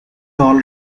all